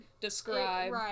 describe